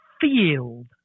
field